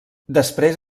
després